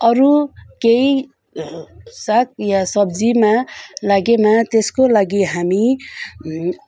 अरू केही साग या सब्जीमा लागेमा त्यसको लागि हामी